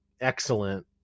excellent